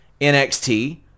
NXT